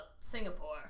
Singapore